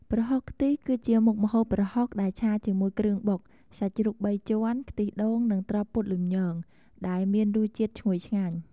ប្រហុកខ្ទិះ គឺជាមុខម្ហូបប្រហុកដែលឆាជាមួយគ្រឿងបុក សាច់ជ្រូកបីជាន់ ខ្ទិះដូង និងត្រប់ពុតលំញង ដែលមានរសជាតិឈ្ងុយឆ្ងាញ់។